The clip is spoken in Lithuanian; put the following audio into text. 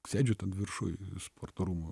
sėdžiu ten viršuj sporto rūmų